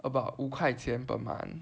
about 五块钱 per month